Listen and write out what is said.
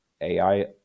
AI